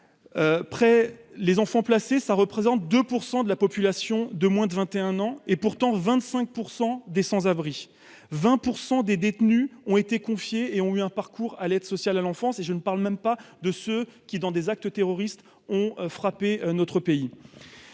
près les enfants placés, ça représente 2 % de la population de moins de 21 ans, et pourtant 25 % des sans-abri 20 pour 100 des détenus ont été confiées et ont eu un parcours à l'aide sociale à l'enfance, et je ne parle même pas de ceux qui dans des actes terroristes ont frappé notre pays